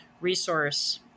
resource